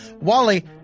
Wally